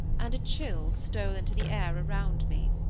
and a chill stole into the air around me.